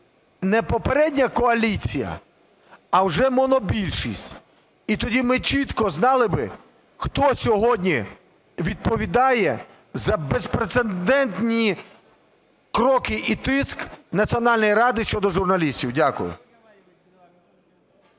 не попередня коаліція, а вже монобільшість, і тоді ми чітко знали би хто сьогодні відповідає за безпрецедентні кроки і тиск Національної ради щодо журналістів. Дякую.